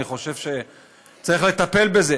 אני חושב שצריך לטפל בזה.